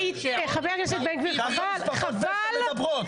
ככה משפחות פשע מדברות.